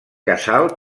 casal